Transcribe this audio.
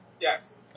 Yes